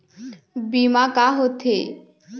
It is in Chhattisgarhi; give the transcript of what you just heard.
बीमा का होते?